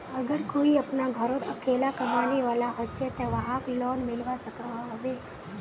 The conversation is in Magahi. अगर कोई अपना घोरोत अकेला कमाने वाला होचे ते वाहक लोन मिलवा सकोहो होबे?